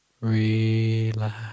relax